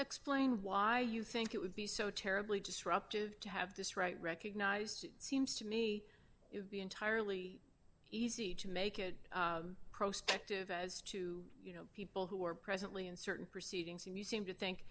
explain why you think it would be so terribly disruptive to have this right recognized it seems to me it would be entirely easy to make it proscriptive as to you know people who are presently in certain proceedings and you seem to think